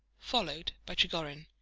followed by trigorin,